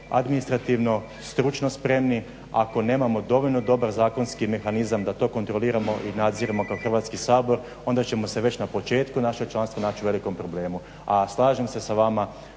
administrativno, stručno spremni, ako nemamo dovoljno dobar zakonski mehanizam da to kontroliramo i nadziremo kao Hrvatski sabor onda ćemo se već na početku našeg članstva naći u velikom problemu. A slažem se sa vama